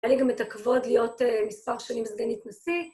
היה לי גם את הכבוד להיות מספר שנים סגנית נשיא.